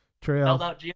trail